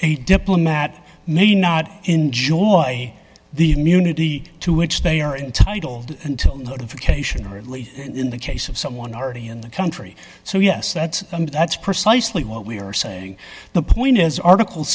a diplomat may not enjoy the immunity to which they are entitled until notification early in the case of someone already in the country so yes that that's precisely what we are saying the point is article